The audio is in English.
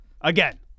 Again